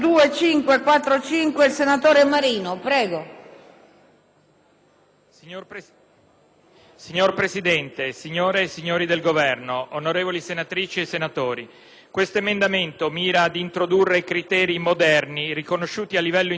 Signor Presidente, rappresentanti del Governo, onorevoli senatrici e senatori, l'emendamento 2.545 mira ad introdurre criteri moderni, riconosciuti a livello internazionale, per l'assegnazione dei fondi pubblici per la ricerca.